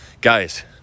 guys